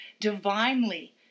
divinely